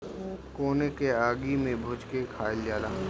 कोन के आगि में भुज के खाइल जाला